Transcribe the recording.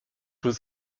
was